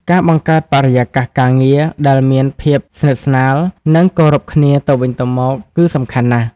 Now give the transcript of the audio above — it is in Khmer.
ការបង្កើតបរិយាកាសការងារដែលមានភាពស្និទ្ធស្នាល និងគោរពគ្នាទៅវិញទៅមកគឺសំខាន់ណាស់។